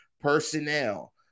personnel